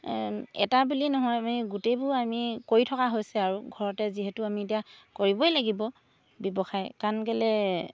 এটা বুলি নহয় আমি গোটেইবোৰ আমি কৰি থকা হৈছে আৰু ঘৰতে যিহেতু আমি এতিয়া কৰিবই লাগিব ব্যৱসায় কাৰণ কেলৈ